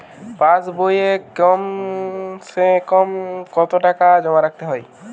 পাশ বইয়ে কমসেকম কত টাকা জমা রাখতে হবে?